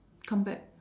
come back